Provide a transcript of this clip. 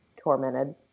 tormented